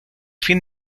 fin